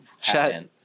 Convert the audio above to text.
Chat